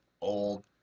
old